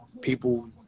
people